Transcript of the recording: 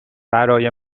برای